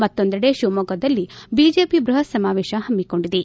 ಮತ್ತೊಂದೆಡೆ ಶಿವಮೊಗ್ಗದಲ್ಲಿ ಬಿಜೆಪಿ ಬೃಪತ್ ಸಮಾವೇಶ ಪಮ್ಮಿಕೊಂಡಿದೆ